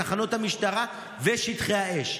תחנות המשטרה ושטחי האש.